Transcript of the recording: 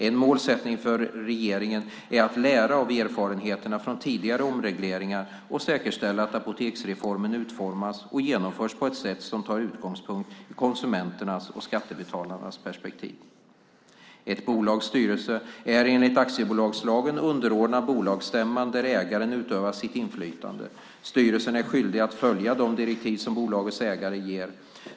En målsättning för regeringen är att lära av erfarenheterna från tidigare omregleringar och säkerställa att apoteksreformen utformas och genomförs på ett sätt som tar utgångspunkt i konsumenternas och skattebetalarnas perspektiv. Ett bolags styrelse är enligt aktiebolagslagen underordnad bolagsstämman där ägaren utövar sitt inflytande. Styrelsen är skyldig att följa de direktiv som bolagets ägare ger.